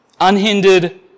Unhindered